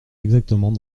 exactement